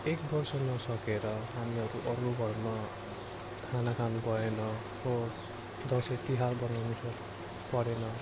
एक वर्ष नसकेर हामीहरू अरूको घरमा खाना खानुभएन हो दसैँ तिहार बनाउनु सक् परेन